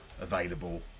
available